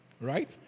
right